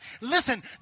listen